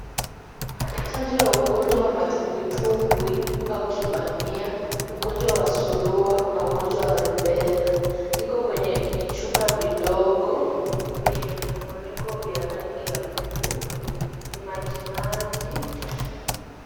Chanjo ya ugonjwa wa matumbwitumbwi au kibamia, ugonjwa wa surua na ugonjwa wa rubela iko kwenye vichupa vidogo vyenye vifuniko vya rangi ya buluu. Ni majimaji.